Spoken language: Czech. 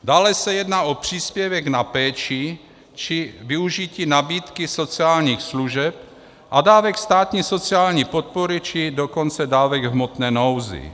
Dále se jedná o příspěvek na péči či využití nabídky sociálních služeb a dávek státní sociální podpory, či dokonce dávek v hmotné nouzi.